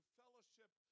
fellowship